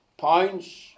pounds